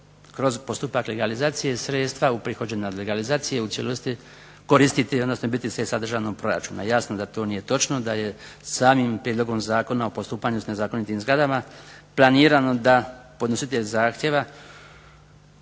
kroz postupak legalizacije sredstva koristiti odnosno biti sredstva državnog proračuna. Jasno da to nije točno da će samim prijedlogom zakona o postupanju s nezakonitim zgradama planirano da podnositelj zahtjeva